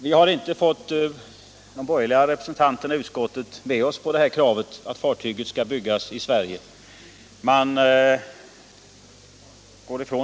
Vi har inte fått de borgerliga representanterna i utskottet med oss på kravet att fartyget skall byggas i Sverige.